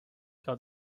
got